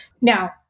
Now